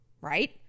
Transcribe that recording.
right